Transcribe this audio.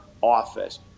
office